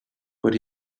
but